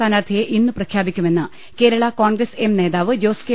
സ്ഥാനാർത്ഥിയെ ഇന്ന് പ്രഖ്യാപിക്കുമെന്ന് കേരളാ കോൺഗ്രസ് എം ജോസ് കെ